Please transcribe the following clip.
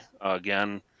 again